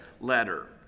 letter